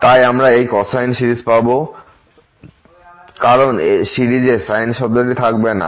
তাই আমরা এই কোসাইন সিরিজ পাবো কারণ সিরিজ এ সাইন শব্দটি থাকবে না